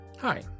Hi